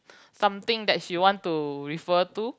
something that she want to refer to